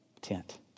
tent